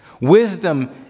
wisdom